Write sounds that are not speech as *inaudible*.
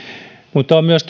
mutta tosiasia on myös *unintelligible*